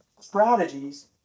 strategies